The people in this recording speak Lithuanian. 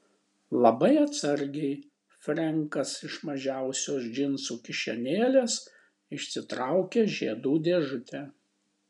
labai atsargiai frenkas iš mažiausios džinsų kišenėlės išsitraukė žiedų dėžutę